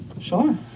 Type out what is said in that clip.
Sure